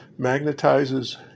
magnetizes